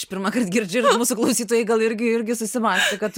pirmąkart girdžiu mūsų klausytojai gal irgi irgi susimąsto kad